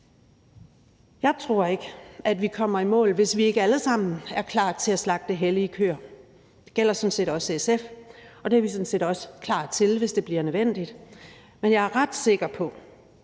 Jeg tror ikke, vi kommer i mål, hvis ikke vi alle sammen er klar til at slagte hellige køer, og det gælder sådan set også SF, og det er vi sådan set også klar til, hvis det bliver nødvendigt, men jeg er ret sikker på,